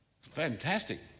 Fantastic